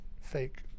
fake